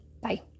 Bye